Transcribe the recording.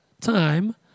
time